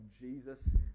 Jesus